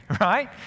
right